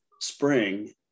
spring